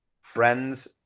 Friends